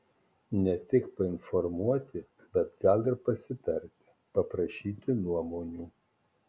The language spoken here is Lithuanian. ne tik painformuoti bet gal ir pasitarti paprašyti nuomonių